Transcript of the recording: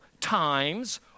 times